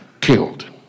killed